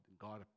God